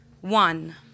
One